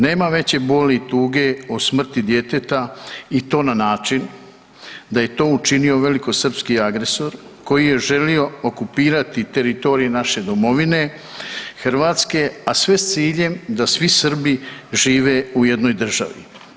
Nema veće boli i tuge od smrti djeteta i to na način da je to učinio velikosrpski agresor koji je želio okupirati teritorij naše domovine Hrvatske, a sve s ciljem da svi Srbi žive u jednoj državi.